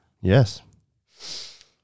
Yes